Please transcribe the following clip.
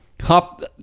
hop